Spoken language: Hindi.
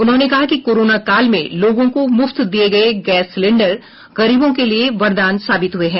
उन्होंने कहा कि कोरोना काल में लोगों को मुफ्त दिए गए गैस सिलेंण्डर गरीबों के लिए वरदान साबित हुए हैं